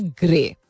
grey